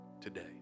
Today